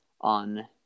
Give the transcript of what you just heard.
on